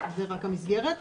זה לגבי המסגרת.